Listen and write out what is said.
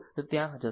તો ત્યાં શું હશે